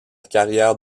carrière